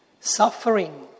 suffering